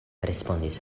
respondis